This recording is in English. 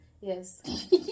Yes